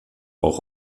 auch